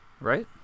right